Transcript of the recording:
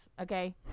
Okay